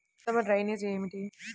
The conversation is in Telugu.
ఉత్తమ డ్రైనేజ్ ఏమిటి?